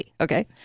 Okay